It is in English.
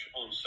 on